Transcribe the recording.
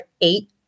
eight